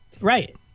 right